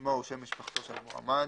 שמו ושם משפחתו של המועמד,